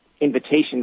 invitation